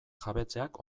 jabetzeak